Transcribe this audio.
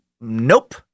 Nope